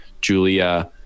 Julia